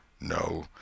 No